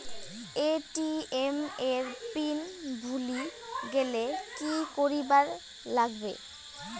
ATM এর pin ভুলি গেলে কি করিবার লাগবে?